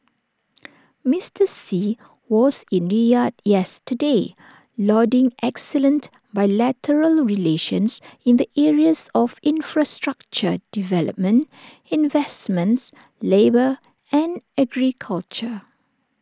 Mister Xi was in Riyadh yesterday lauding excellent bilateral relations in the areas of infrastructure development investments labour and agriculture